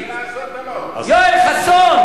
יואל חסון,